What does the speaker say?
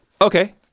okay